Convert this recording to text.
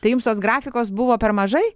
tai jums tos grafikos buvo per mažai